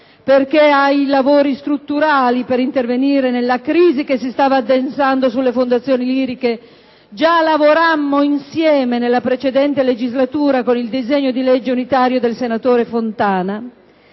perché su misure strutturali per intervenire nella crisi che si stava addensando sulle fondazioni liriche già lavorammo insieme nella precedente legislatura con il disegno di legge del senatore Fontana.